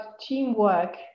teamwork